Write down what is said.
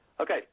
Okay